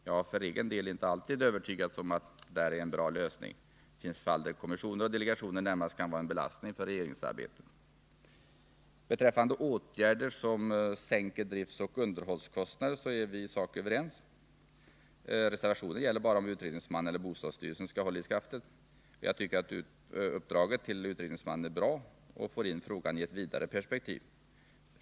Jag har för egen del inte alltid övertygats om att detta är en bra lösning — det finns fall där kommissioner och delegationer närmast kan vara en belastning för regeringsarbetet. Beträffande åtgärder som sänker driftoch underhållskostnader är vi i sak överens. Reservationen gäller bara om utredningsmannen eller bostadsstyrelsen skall hålla i skaftet. Jag tycker att uppdraget till utredningsmannen är bra och för in frågan i ett vidare perspektiv.